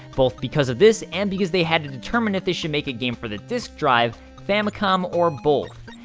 both because of this, and because they had to determine if they should make a game for the disk drive, famicom, or both.